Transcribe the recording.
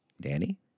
Danny